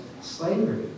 slavery